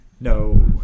no